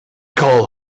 call